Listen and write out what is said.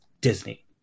Disney